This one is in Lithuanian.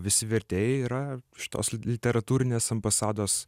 visi vertėjai yra šitos li literatūrinės ambasados